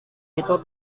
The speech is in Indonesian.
itu